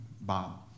Bob